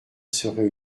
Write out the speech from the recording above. serait